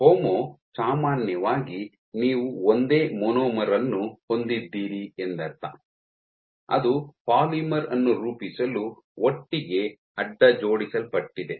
homo ಸಾಮಾನ್ಯವಾಗಿ ನೀವು ಒಂದೇ ಮೊನೊಮರ್ ಅನ್ನು ಹೊಂದಿದ್ದೀರಿ ಎಂದರ್ಥ ಅದು ಪಾಲಿಮರ್ ಅನ್ನು ರೂಪಿಸಲು ಒಟ್ಟಿಗೆ ಅಡ್ಡ ಜೋಡಿಸಲ್ಪಟ್ಟಿದೆ